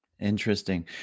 Interesting